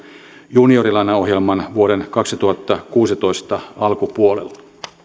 juniorilainaohjelman vuoden kaksituhattakuusitoista alkupuolella